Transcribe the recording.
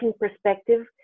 perspective